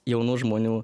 jaunų žmonių